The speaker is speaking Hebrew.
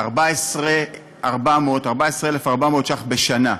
14,400 ש"ח בשנה,